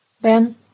Ben